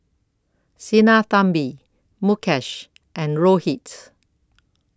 Sinnathamby Mukesh and Rohit